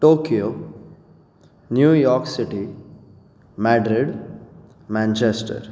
Tokyo New York City Madrid Manchester